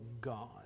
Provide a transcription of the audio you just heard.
God